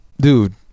dude